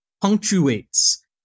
punctuates